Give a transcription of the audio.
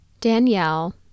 Danielle